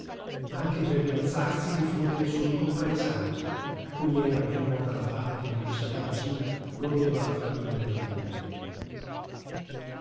ma anche per rialzarsi di fronte ai suoi compaesani a cui era ben nota la fama che nella città vicina godeva la famiglia della moglie